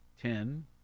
ten